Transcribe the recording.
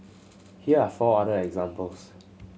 here are four other examples